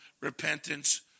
repentance